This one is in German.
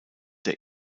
der